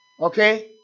Okay